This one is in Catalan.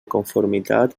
conformitat